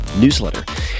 newsletter